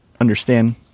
understand